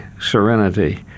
serenity